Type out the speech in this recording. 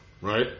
right